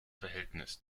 verhältnis